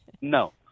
no